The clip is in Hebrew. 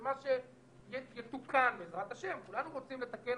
ומה שיתוקן, בעזרת השם, כולנו רוצים לתקן.